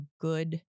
good